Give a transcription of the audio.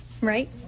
right